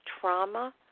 trauma